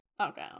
Okay